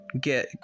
get